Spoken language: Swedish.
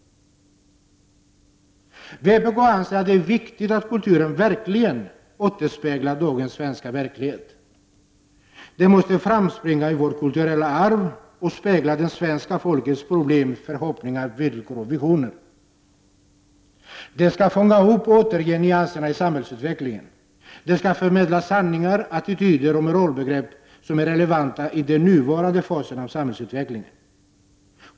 Vpk anser att det är viktigt att kulturen verkligen återspeglar dagens svenska verklighet. ”Den måste framspringa ur vårt kulturella arv och spegla svenska folkets problem, förhoppningar, villkor och visioner. Den skall fånga upp och återge nyanserna i samhällsutvecklingen. Den skall förmedla sanningar, attityder och moralbegrepp som är relevanta i den nuvarande fasen av samhällsutvecklingen.